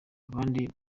abandi